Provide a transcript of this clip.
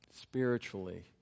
spiritually